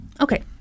Okay